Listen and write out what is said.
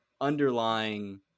underlying